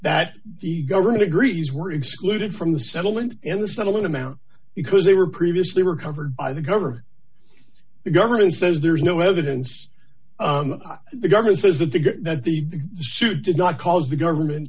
that the government agrees were excluded from the settlement and the settlement amount because they were previously were covered by the government the government says there's no evidence the government says that the that the suit did not cause the government